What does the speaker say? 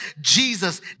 Jesus